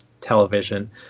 television